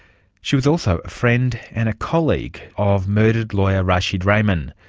she was also a friend and a colleague of murdered lawyer rashid rehman,